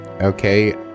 Okay